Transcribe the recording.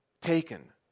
taken